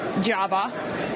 Java